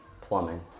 Plumbing